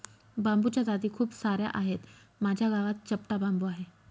बांबूच्या जाती खूप सार्या आहेत, माझ्या गावात चपटा बांबू आहे